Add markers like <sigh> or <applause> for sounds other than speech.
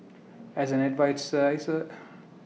as an <unintelligible>